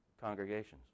congregations